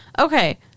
Okay